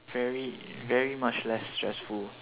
very very much less stressful